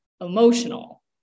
emotional